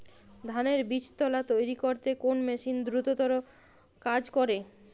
ধানের বীজতলা তৈরি করতে কোন মেশিন দ্রুততর কাজ করে?